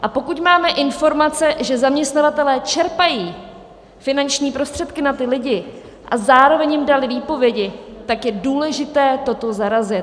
A pokud máme informace, že zaměstnavatelé čerpají finanční prostředky na ty lidi a zároveň jim dali výpovědi, tak je důležité toto zarazit.